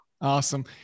Awesome